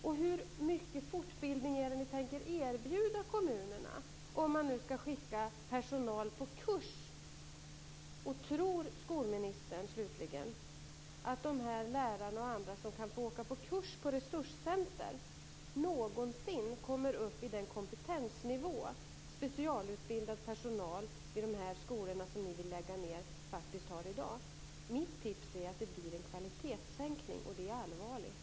Och hur mycket fortbildning är det ni tänker erbjuda kommunerna, om man nu ska skicka personal på kurs? Och tror skolministern, slutligen, att de här lärarna och andra som kan få åka på kurs på resurscentrum någonsin kommer upp i den kompetensnivå som specialutbildad personal vid de skolor som ni vill lägga ned faktiskt har i dag? Mitt tips är att det blir en kvalitetssänkning, och det är allvarligt.